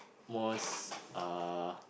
most uh